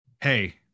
hey